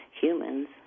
humans